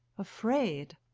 afraid?